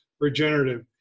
regenerative